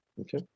Okay